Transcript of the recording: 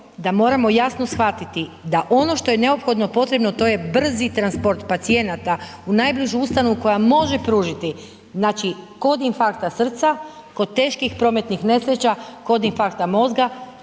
da moramo jasno shvatiti da ono što je neophodno potrebno to je brzi transport pacijenata u najbližu ustanovu koja može pružiti, znači kod infarkta srca, kod teških prometnih nesreća, kod infarkta mozga,